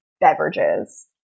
beverages